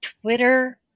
Twitter